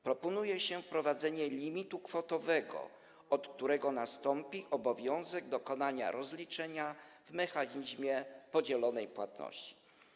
Proponuje się wprowadzenie limitu kwotowego, od którego nastąpi obowiązek dokonania rozliczenia w mechanizmie podzielonej płatności.